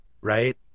right